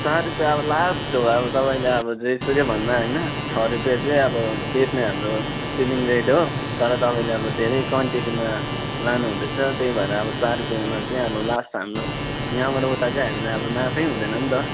चार रुपियाँ अब लास्ट हो अब तपाईँले अब जे सुकै भन्ला हैन छ रुपियाँ चाहिँ अब बेच्ने हाम्रो सेलिङ रेट हो तर तपाईँले अब धेरै क्वान्टिटीमा लानुहुँदैछ त्यही भएर अब चार रुपियाँमा चाहिँ लास्ट हाम्रो यहाँबाट उता चाहिँ हामीलाई अब नाफै हुँदैन नि त